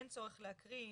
אין צורך להקריא,